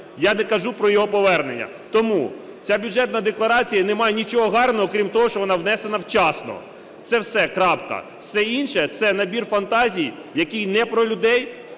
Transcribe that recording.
я не кажу про його повернення. Тому ця бюджетна декларація не має нічого гарного, крім того, що вона внесена вчасно. Це все, крапка. Все інше – це набір фантазій, який не про людей